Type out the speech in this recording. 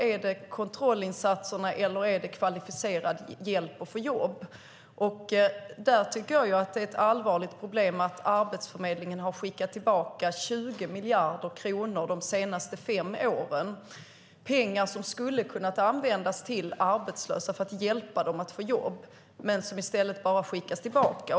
Är det kontrollinsatserna eller är det kvalificerad hjälp för att de arbetssökande ska få jobb? Där tycker jag att det är ett allvarligt problem att Arbetsförmedlingen har skickat tillbaka 20 miljarder kronor under de senaste fem åren. Det är pengar som skulle ha kunnat användas till arbetslösa för att hjälpa dem att få jobb. I stället har de bara skickats tillbaka.